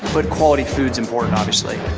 but quality food is important, obviously.